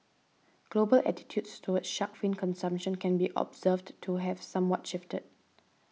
global attitudes towards shark fin consumption can be observed to have somewhat shifted